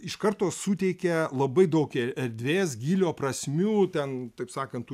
iš karto suteikia labai daug erdvės gylio prasmių ten taip sakant tų